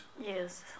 Yes